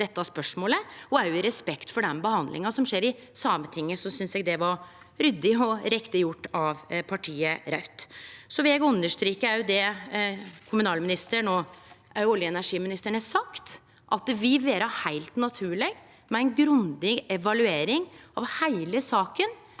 og i respekt for den behandlinga som skjer i Sametinget, synest eg det var ryddig og riktig gjort av partiet Raudt. Så vil eg understreke det kommunalministeren og olje- og energiministeren har sagt, at det vil vere heilt naturleg med ei grundig evaluering av heile saka